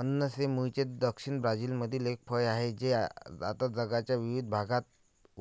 अननस हे मूळचे दक्षिण ब्राझीलमधील एक फळ आहे जे आता जगाच्या विविध भागात